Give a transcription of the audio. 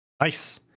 Nice